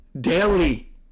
daily